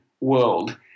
world